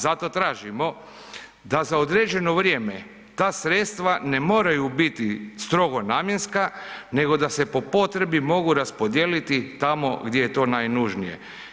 Zato tražimo da za određeno vrijeme ta sredstva ne moraju biti strogo namjenska nego da se po potrebi mogu raspodijeliti tamo gdje je to najnužnije.